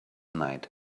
night